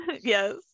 Yes